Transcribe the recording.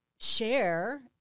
share